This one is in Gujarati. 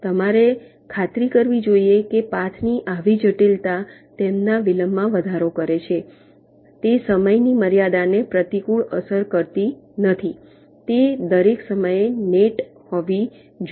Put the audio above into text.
તમારે ખાતરી કરવી જોઈએ કે પાથની આવી જટિલતા તેમના વિલંબમાં વધારો કરે છે તે સમયની મર્યાદાને પ્રતિકૂળ અસર કરતી નથી તે દરેક સમયે નેટ હોવી જોઈએ